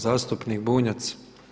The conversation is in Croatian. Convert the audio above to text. Zastupnik Bunjac.